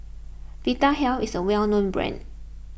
Vitahealth is a well known brand